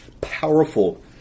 powerful